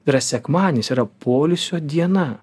tai yra sekmadienis yra poilsio diena